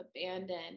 abandoned